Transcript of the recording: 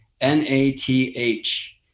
n-a-t-h